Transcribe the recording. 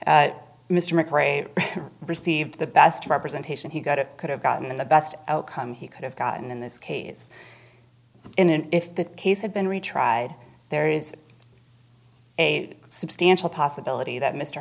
mr mcrae received the best representation he got it could have gotten the best outcome he could have gotten in this case in an if the case had been retried there is a substantial possibility that mr